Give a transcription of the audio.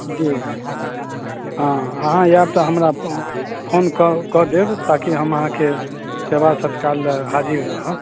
जी हँ अहाँ आएब तऽ हमरा फोन कऽ कऽ देब ताकि हम अहाँके सेवा सत्कार लै हाजिर रहब